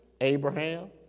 Abraham